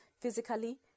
physically